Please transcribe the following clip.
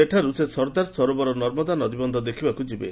ସେଠାରୁ ସେ ସର୍ଦ୍ଦାର ସରୋବର ନର୍ମଦା ନଦୀବନ୍ଧ ଦେଖିବାକୁ ଯିବେ